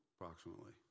approximately